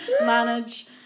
manage